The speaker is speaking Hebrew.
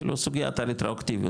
כאילו סוגיית הרטרואקטיביות,